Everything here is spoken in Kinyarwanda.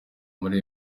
muri